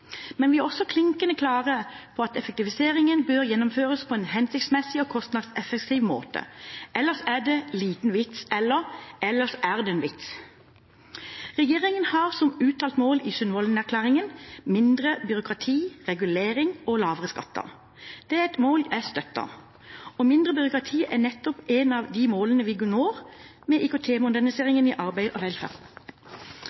men vi er også klinkende klare på at effektiviseringen bør gjennomføres på en hensiktsmessig og kostnadseffektiv måte, ellers er det liten vits – eller så er det en vits. Regjeringen har som uttalt mål i Sundvolden-erklæringen: «mindre byråkrati, regulering og lavere skatter». Det er et mål jeg støtter, og mindre byråkrati er nettopp et av de målene vi når med